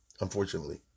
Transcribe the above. unfortunately